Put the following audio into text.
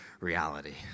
reality